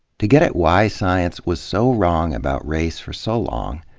to get at why science was so wrong about race for so long,